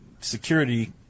security